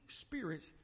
spirits